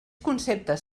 conceptes